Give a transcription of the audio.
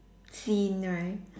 scene right